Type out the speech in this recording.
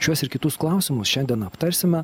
šiuos ir kitus klausimus šiandien aptarsime